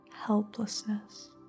helplessness